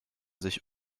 sich